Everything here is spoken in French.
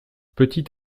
petit